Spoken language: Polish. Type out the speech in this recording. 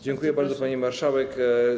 Dziękuję bardzo, pani marszałek.